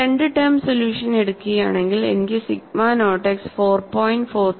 ഞാൻ രണ്ട് term solution എടുക്കുകയാണെങ്കിൽ എനിക്ക് സിഗ്മ നോട്ട് x 4